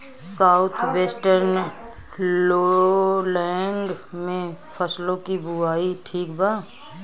South western lowland में फसलों की बुवाई ठीक बा?